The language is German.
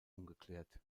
ungeklärt